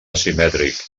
asimètric